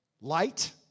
Light